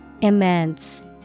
Immense